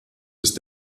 ist